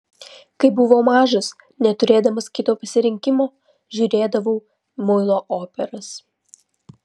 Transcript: kai buvau mažas neturėdamas kito pasirinkimo žiūrėdavau muilo operas